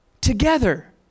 together